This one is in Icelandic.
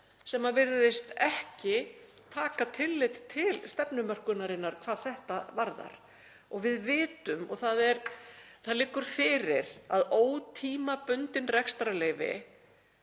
sem virðist ekki taka tillit til stefnumörkunarinnar hvað þetta varðar. Við vitum og það liggur fyrir að ótímabundnum rekstrarleyfum